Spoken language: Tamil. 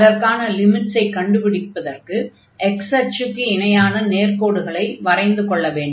அதற்கான லிமிட்ஸை கண்டுபிடிப்பதற்கு x அச்சுக்கு இணையான நேர்க்கோடுகளை வரைந்து கொள்ள வேண்டும்